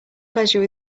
pleasure